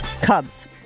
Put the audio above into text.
Cubs